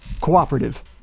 cooperative